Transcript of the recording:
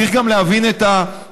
צריך גם להבין את החלוקה: